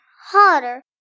hotter